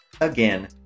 again